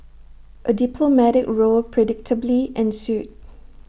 A diplomatic row predictably ensued